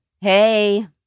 Hey